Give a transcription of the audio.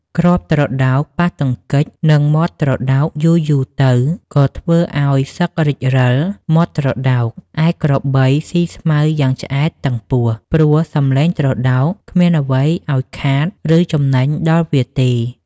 គ្រាប់ត្រដោកប៉ះទង្គិចនឹងមាត់ត្រដោកយូរៗទៅក៏ធ្វើឱ្យសឹករេចរឹលមាត់ត្រដោក ឯក្របីស៊ីស្មៅយ៉ាងឆ្អែតតឹងពោះ ព្រោះសម្លេងត្រដោកគ្មានអ្វីឱ្យខាត ឬចំណេញដល់វាទេ។